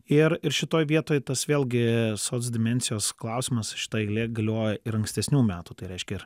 ir ir šitoj vietoj tas vėlgi soc dimensijos klausimas šta eilė galioja ir ankstesnių metų tai reiškia ir